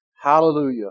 Hallelujah